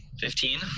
Fifteen